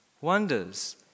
wonders